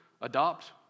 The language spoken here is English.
adopt